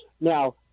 now